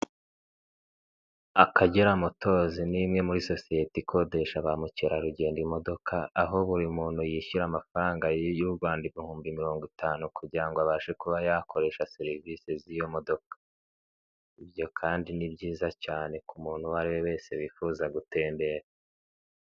Akagera motozi, ni imwe muri sosiyete ikodesha ba mukerarugendo imodoka, aho buri muntu yishyura amafaranga y'u Rwanda ibihumbi mirongo itanu kugira ngo abashe kuba yakoresha serivise z'iyo modoka. Ibyo kandi ni byiza cyane ku muntu uwo ari we wese wifuza gutembera.